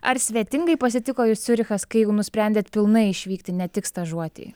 ar svetingai pasitiko jus ciurichas kai jau nusprendėt pilnai išvykti ne tik stažuotei